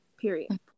period